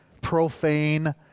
profane